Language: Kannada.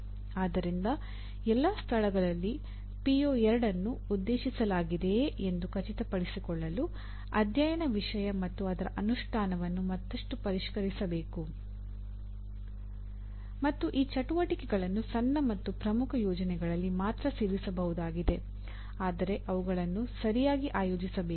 ಆದ್ದರಿಂದ ಎಲ್ಲಾ ಸ್ಥಳಗಳಲ್ಲಿ ಪಿಒ 2 ಅನ್ನು ಉದ್ದೇಶಿಸಲಾಗಿದೆಯೇ ಎಂದು ಖಚಿತಪಡಿಸಿಕೊಳ್ಳಲು ಅಧ್ಯಯನ ವಿಷಯ ಮತ್ತು ಅದರ ಅನುಷ್ಠಾನವನ್ನು ಮತ್ತಷ್ಟು ಪರಿಷ್ಕರಿಸಬೇಕು ಮತ್ತು ಈ ಚಟುವಟಿಕೆಗಳನ್ನು ಸಣ್ಣ ಮತ್ತು ಪ್ರಮುಖ ಯೋಜನೆಗಳಲ್ಲಿ ಮಾತ್ರ ಸೇರಿಸಬಹುದಾಗಿದೆ ಆದರೆ ಅವುಗಳನ್ನು ಸರಿಯಾಗಿ ಆಯೋಜಿಸಬೇಕು